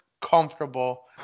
comfortable